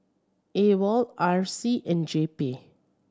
AWOL R C and J P